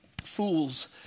fools